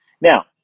Now